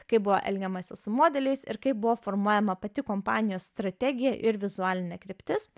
kaip buvo elgiamasi su modeliais ir kaip buvo formuojama pati kompanijos strategija ir vizualinė kryptis